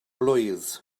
blwydd